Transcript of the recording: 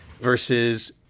versus